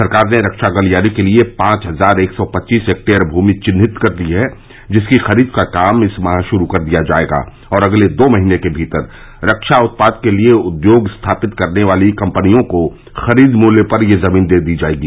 सरकार ने रक्षा गलियारे के लिये पांच हजार एक सौ पच्चीस हेक्टेयर भूमि विन्हित कर ती है जिसकी खरीद का काम इस माह शुरू कर दिया जायेगा और अगले दो महीने के भीतर रक्षा उत्पाद के लिये उद्योग स्थापित करने वाली कम्पनियों को खरीद मूल्य पर यह जमीन दे दी जायेगी